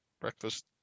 breakfast